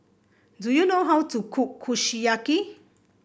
do you know how to cook Kushiyaki